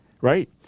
right